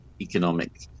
economic